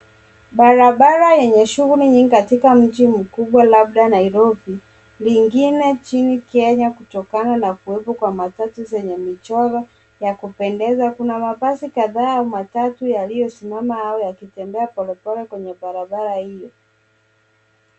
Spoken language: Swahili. Barabara yenye shughuli nyingi katika mji mkubwa labda Nairobi nyingine nchini kenya kutokana na kuwepo kwa matatu zenye michoro ya kupendeza. Kuna mabasi kadhaa au machache yaliyo simama au kutembea pole pole kwenye barabara hiyo.